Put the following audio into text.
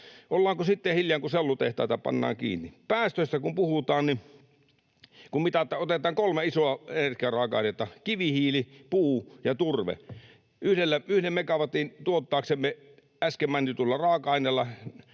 Ollaanko sitten hiljaa, kun sellutehtaita pannaan kiinni? Päästöistä kun puhutaan, niin kun otetaan kolme isoa energiaraaka-ainetta, kivihiili, puu ja turve, yhden megawatin tuottaaksemme äsken mainituilla raaka-aineilla